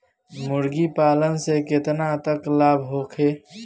मुर्गी पालन से केतना तक लाभ होखे?